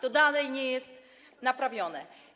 To dalej nie jest naprawione.